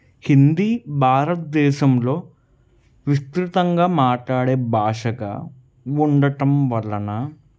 హిందీ భారత్ దేశంలో విశ్రుతంగా మాట్లాడే భాషగా ఉండటం వలన